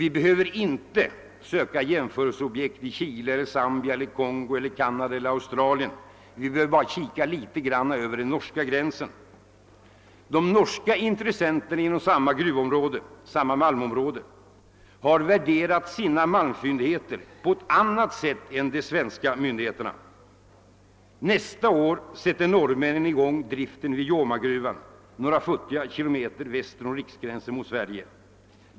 Vi behöver därvidlag inte söka jämförelseobjekt i Chile, Zambia, Kongo, Canada eller Australien. Vi behöver bara snegla litet över gränsen till Norge. De norska intressenterna har värderat sina malmfyndigheter på ett annat sätt än de svenska myndigheterna. Nästa år sätter norrmännen i gång driften vid Jomagruvan — några futtiga kilometer väster om riksgränsen mot Sverige.